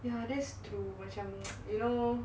ya that's true macam you know